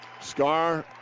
Scar